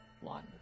one